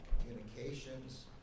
communications